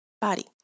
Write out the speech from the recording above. body